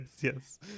yes